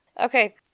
Okay